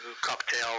cocktail